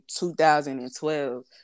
2012